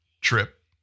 trip